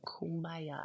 kumbaya